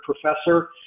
professor